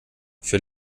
für